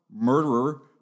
murderer